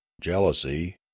jealousy